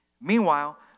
Meanwhile